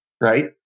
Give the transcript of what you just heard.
Right